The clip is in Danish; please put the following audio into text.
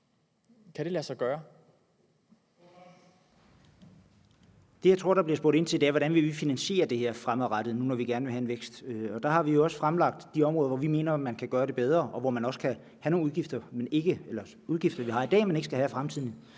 René Christensen (DF): Det, jeg tror at der bliver spurgt ind til, er, hvordan vi vil finansiere det her fremadrettet, nu når vi gerne vil have en vækst, og der har vi jo også fremlagt de områder, hvor vi mener at man kan gøre det bedre og hvor man også kan have nogle udgifter, vi har i dag, men ikke skal have i fremtiden.